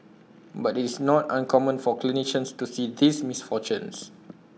but IT is not uncommon for clinicians to see these misfortunes